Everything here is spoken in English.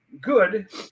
good